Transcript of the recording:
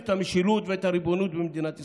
את המשילות ואת הריבונות במדינת ישראל.